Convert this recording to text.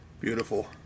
Beautiful